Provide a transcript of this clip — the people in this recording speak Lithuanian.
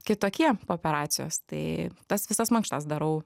kitokie po operacijos tai tas visas mankštas darau